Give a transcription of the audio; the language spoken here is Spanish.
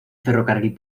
ferrocarril